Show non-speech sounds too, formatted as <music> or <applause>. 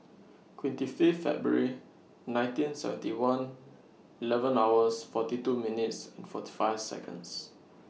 <noise> twenty Fifth February nineteen seventy one eleven hours forty two minutes and forty five Seconds